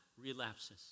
relapses